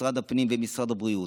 משרד הפנים, ומשרד הבריאות,